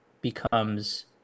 becomes